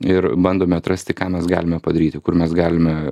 ir bandome atrasti ką mes galime padaryti kur mes galime